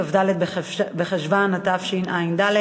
כ"ד בחשוון התשע"ד,